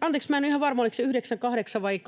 anteeksi, minä en ole ihan varma, oliko se 9—8 vai